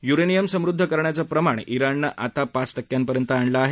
uranium समृद्ध करण्याचं प्रमाण तिणनं आता पाच टक्केपर्यंत आणलं आहे